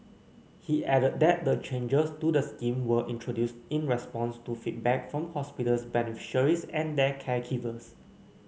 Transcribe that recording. he added that the changes to the scheme were introduced in response to feedback from hospitals beneficiaries and their caregivers